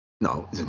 no